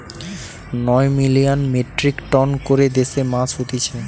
নয় million metric ton করে দেশে মাছ হতিছে